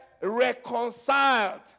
reconciled